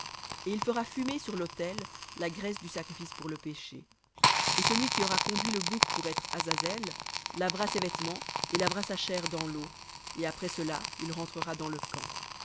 et il fera fumer sur l'autel la graisse du sacrifice pour le péché et celui qui aura conduit le bouc pour être azazel lavera ses vêtements et lavera sa chair dans l'eau et après cela il rentrera dans le camp